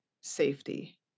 safety